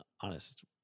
honest